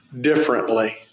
differently